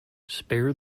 spare